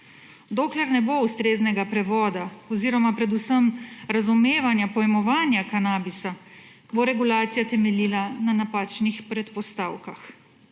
Dokler ne bo ustreznega prevoda oziroma predvsem razumevanja pojmovanja kanabisa, bo regulacija temeljila na napačnih predpostavkah.